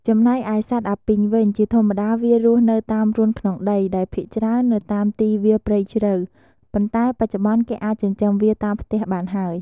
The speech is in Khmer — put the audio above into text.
ចំណែកឯសត្វអាពីងវិញ ជាធម្មតាវារស់នៅតាមរន្ធក្នុងដី ដែលភាគច្រើននៅតាមទីវាលព្រៃជ្រៅ ប៉ុន្តែបច្ចុប្បន្នគេអាចចិញ្ចឹមវាតាមផ្ទះបានហើយ។